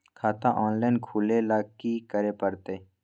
खाता ऑनलाइन खुले ल की करे परतै?